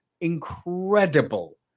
incredible